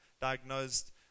diagnosed